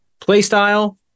playstyle